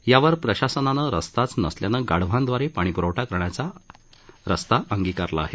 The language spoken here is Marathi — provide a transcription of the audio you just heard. यावर प्रशासनानं रस्ताच नसल्यानं गाढवांदवारे पाणी प्रवठा करण्याचा अंगीकारला आहे